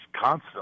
constant